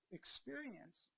experience